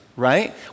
Right